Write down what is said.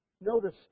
notice